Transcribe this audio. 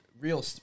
real